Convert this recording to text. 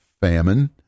famine